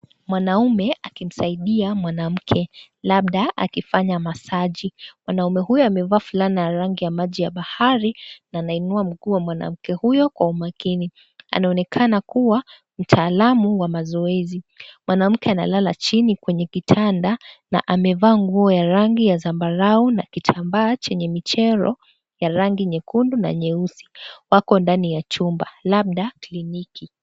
Mwanaume akimsaidia mwanamke labda akifanya massage . Mwanamume huyo amevaa fulana ya rangi ya maji ya bahari na na anainua mguu wa mwanamke huyo kwa umakini. Anaonekana kuwa mtaalamu wa mazoezi. Mwanamke analala chini kwenye kitanda na amevaa nguo ya rangi ya zambarau na kitambaa chenye michero ya rangi nyekundu na nyeusi. Wako ndani ya chumba labda kliniki.